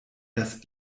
das